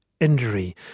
injury